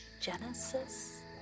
Genesis